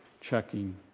checking